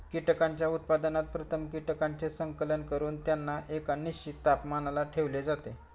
कीटकांच्या उत्पादनात प्रथम कीटकांचे संकलन करून त्यांना एका निश्चित तापमानाला ठेवले जाते